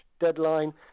deadline